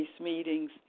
meetings